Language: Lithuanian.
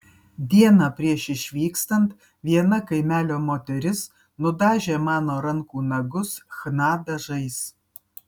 dieną prieš išvykstant viena kaimelio moteris nudažė mano rankų nagus chna dažais